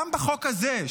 גם בחוק הזה,